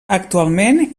actualment